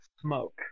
smoke